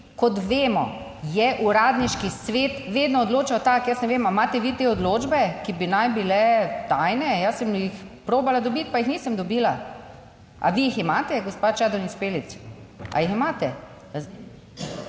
kot vemo je Uradniški svet vedno odločal tako. Jaz ne vem ali imate vi te odločbe, ki bi naj bile tajne, jaz sem jih probala dobiti, pa jih nisem dobila ali vi jih imate, gospa Čadonič Špelič? Ali jih imate?